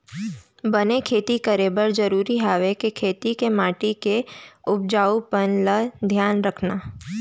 बने खेती करे बर जरूरी हवय कि खेत के माटी के उपजाऊपन ल धियान रखना